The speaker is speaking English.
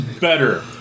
better